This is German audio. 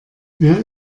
wer